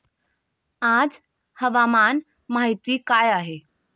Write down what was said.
आज हवामान माहिती काय आहे?